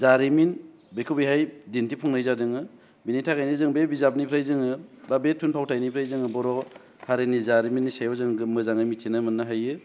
जारिमिन बेखौ बेवहाय दिनथिफुंनाय जादोंमोन बेनि थाखायनो जोङो बे बिजाबनिफ्राय जोङो बा बे थुनफावथायनिफ्राय जोङो बर' हारिनि जारिमिननि सायाव जोङो मोजाङै मिनथिनो मोननो हायो